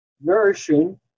nourishing